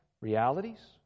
realities